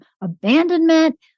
abandonment